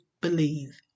believe